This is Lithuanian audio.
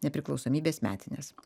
nepriklausomybės metines